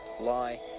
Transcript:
lie